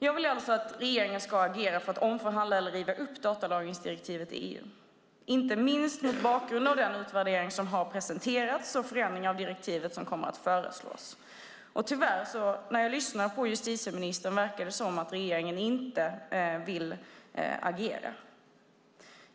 Jag vill alltså att regeringen ska agera för att omförhandla eller riva upp datalagringsdirektivet i EU, inte minst mot bakgrund av den utvärdering som har presenterats och de förändringar av direktivet som kommer att föreslås. När jag lyssnar på justitieministern verkar det tyvärr som att regeringen inte vill agera.